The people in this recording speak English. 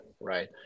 right